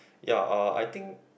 ya uh I think